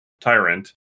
tyrant